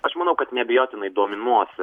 aš manau kad neabejotinai dominuos